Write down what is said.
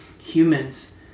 humans